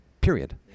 period